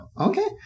okay